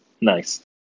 Nice